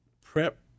prep